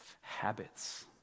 habits